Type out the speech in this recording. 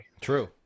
True